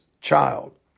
child